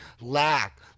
lack